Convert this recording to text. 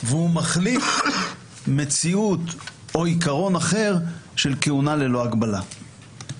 והוא מחליף מציאות או עיקרון אחר של כהונה ללא הגבלה.